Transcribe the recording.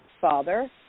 father